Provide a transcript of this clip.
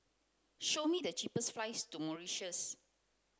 show me the cheapest flights to Mauritius